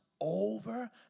over